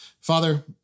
Father